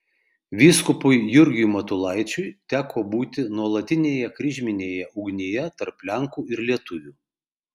vyskupui jurgiui matulaičiui teko būti nuolatinėje kryžminėje ugnyje tarp lenkų ir lietuvių